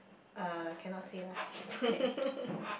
uh cannot say lah